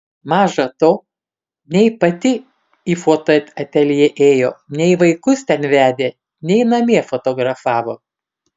maža to nei pati į fotoateljė ėjo nei vaikus ten vedė nei namie fotografavo